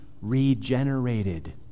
regenerated